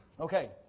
Okay